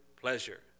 pleasure